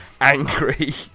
angry